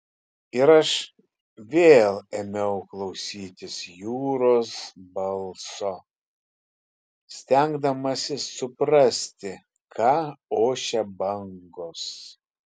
ir aš vėl ėmiau klausytis jūros balso stengdamasis suprasti ką ošia bangos